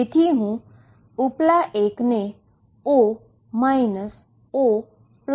તેથી હું ઉપલા 1 ને 0 0 તરીકે લખીશ